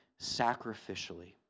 sacrificially